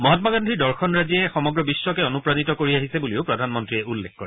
মহাম্মা গান্ধীৰ দৰ্শনৰাজিয়ে সমগ্ৰ বিশ্বকে অনুপ্ৰাণিত কৰি আহিছে বুলিও প্ৰধানমন্ত্ৰীয়ে উল্লেখ কৰে